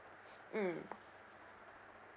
mm